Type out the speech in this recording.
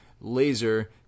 laser